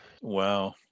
Wow